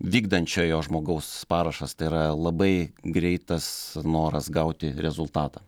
vykdančiojo žmogaus parašas tai yra labai greitas noras gauti rezultatą